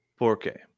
4K